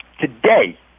today